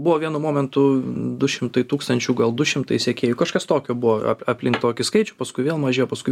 buvo vienu momentu du šimtai tūkstančių gal du šimtai sekėjų kažkas tokio buvo a aplink tokį skaičių paskui vėl mažėjo paskui